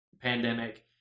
pandemic